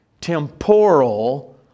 temporal